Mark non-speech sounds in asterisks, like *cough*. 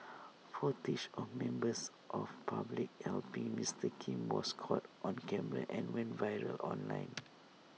footage of members of public helping Mister Kim was caught on camera and went viral online *noise*